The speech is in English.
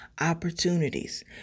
opportunities